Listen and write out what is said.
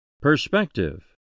Perspective